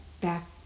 back